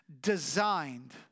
designed